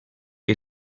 que